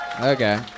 Okay